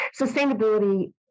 sustainability